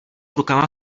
rukama